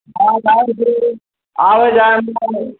आज आएंगे आवे जाए